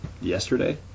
yesterday